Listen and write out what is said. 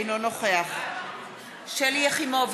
אינו נוכח הוא אמר, יוסי יונה